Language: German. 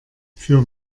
für